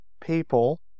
people